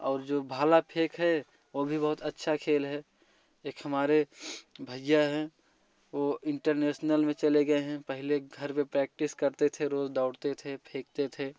और जो भाला फेंक है वो भी बहुत अच्छा खेल है एक हमारे भैया है वो इंटरनेशनल में चले गए हैं पहले घर पर प्रैक्टिस करते थे रोज दौड़ते थे फेंकते थे